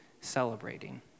celebrating